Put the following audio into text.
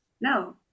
No